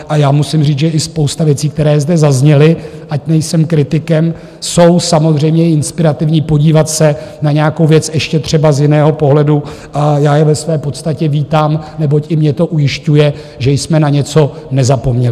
A musím říct, že i spousta věcí, které zde zazněly, ať nejsem kritikem, jsou samozřejmě inspirativní podívat se na nějakou věc ještě třeba z jiného pohledu, a já je ve své podstatě vítám, neboť i mě to ujišťuje, že jsme na něco nezapomněli.